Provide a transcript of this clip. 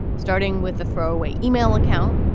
starting with a throwaway email account,